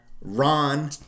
Ron